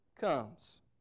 comes